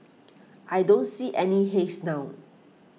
I don't see any haze now